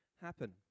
happen